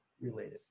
related